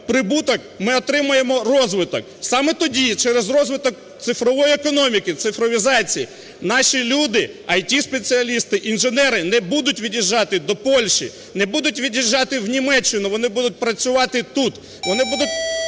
прибуток, ми отримаємо розвиток. Саме тоді, через розвиток цифрової економіки, цифровізації наші люди – ІТ-спеціалісти, інженери – не будуть від'їжджати до Польщі, не будуть від'їжджати в Німеччину, вони будуть працювати тут, вони будуть